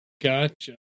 Gotcha